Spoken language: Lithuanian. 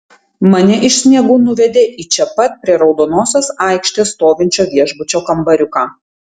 mane iš sniegų nuvedė į čia pat prie raudonosios aikštės stovinčio viešbučio kambariuką